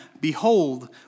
Behold